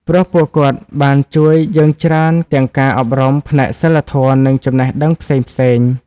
ព្រោះពួកគាត់បានជួយយើងច្រើនទាំងការអប់រំផ្នែកសីលធម៌និងចំណេះដឹងផ្សេងៗ។